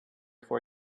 for